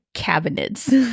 cabinets